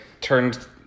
turned